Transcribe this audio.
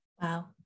Wow